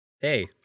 Hey